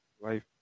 life